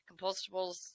compostables